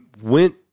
went